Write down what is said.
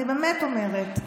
אני באמת אומרת,